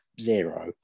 zero